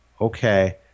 Okay